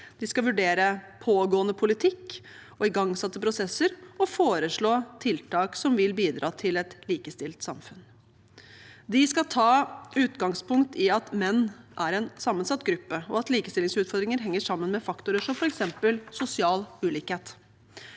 de skal vurdere pågående politikk og igangsatte prosesser og foreslå tiltak som vil bidra til et likestilt samfunn. De skal ta utgangspunkt i at menn er en sammensatt gruppe, og at likestillingsutfordringer henger sammen med faktorer som f.eks. sosial ulikhet.